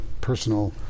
personal